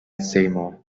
seymour